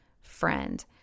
friend